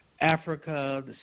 Africa